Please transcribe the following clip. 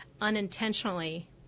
unintentionally